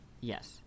Yes